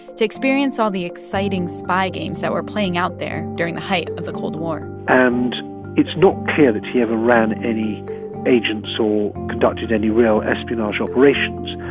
to experience all the exciting spy games that were playing out there during the height of the cold war and it's not clear that he ever ran any agents or conducted any real espionage operations.